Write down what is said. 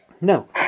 No